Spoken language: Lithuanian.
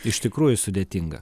iš tikrųjų sudėtinga